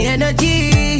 energy